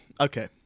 Okay